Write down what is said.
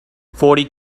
forty